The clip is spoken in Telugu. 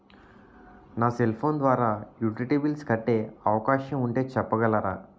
నా సెల్ ఫోన్ ద్వారా యుటిలిటీ బిల్ల్స్ కట్టే అవకాశం ఉంటే చెప్పగలరా?